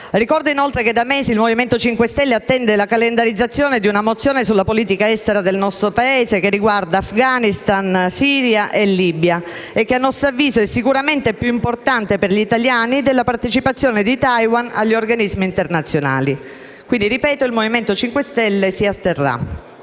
Ricordo inoltre che da mesi il Movimento 5 Stelle attende la calendarizzazione di una mozione sulla politica estera del nostro Paese, che riguarda Afghanistan, Siria e Libia e che a nostro avviso è sicuramente più importante per gli italiani della partecipazione di Taiwan agli organismi internazionali. Ribadisco quindi che il Movimento 5 Stelle si asterrà.